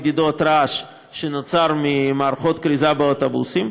מדויקות לכיול מערכות הכריזה באוטובוסים,